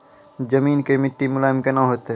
जमीन के मिट्टी मुलायम केना होतै?